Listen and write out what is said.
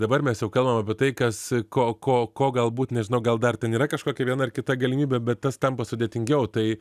dabar mes jau kalbam apie tai kas ko ko ko galbūt nežinau gal dar ten yra kažkokia viena ar kita galimybė bet tas tampa sudėtingiau tai